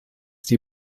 die